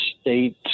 state